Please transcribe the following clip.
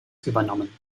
übernommen